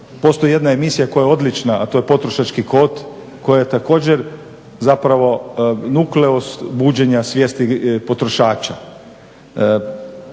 Postoji jedna emisija koja je odlična, a to je Potrošački kod, koja je također zapravo nukleus buđenja svijesti potrošača.